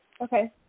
okay